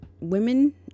Women